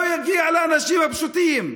הוא לא יגיע לאנשים הפשוטים.